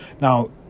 Now